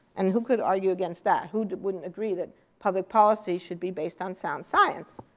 and who could argue against that? who wouldn't agree that public policy should be based on sound science?